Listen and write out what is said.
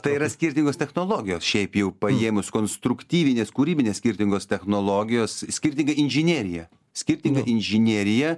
tai yra skirtingos technologijos šiaip jau paėmus konstruktyvinės kūrybinės skirtingos technologijos skirtinga inžinerija skirtinga inžinerija